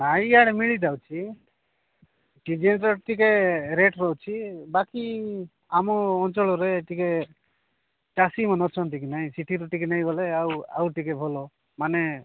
ନାଇଁ ଇଆଡ଼େ ମିଳିଯାଉଛି କିଜେସ ଟିକେ ରେଟ ରହୁଛି ବାକି ଆମ ଅଞ୍ଚଳରେ ଟିକେ ଚାଷୀମାନେନ ଅଛନ୍ତି କି ନହିଁ ସେଥିରୁ ଟିକେ ନେଇଗଲେ ଆଉ ଆଉ ଟିକେ ଭଲ ମାନେ